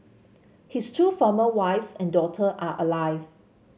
his two former wives and daughter are alive